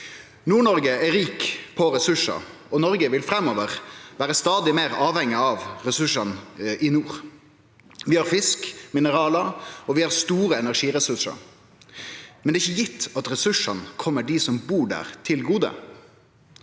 Nord-Noreg er rik på ressursar, og Noreg vil framover vere stadig meir avhengig av ressursane i nord. Vi har fisk, mineralar, og vi har store energiressursar. Men det er ikkje gitt at naturressursane kjem dei som bur der, til gode.